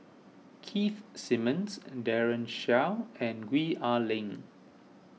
Keith Simmons Daren Shiau and Gwee Ah Leng